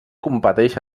competeix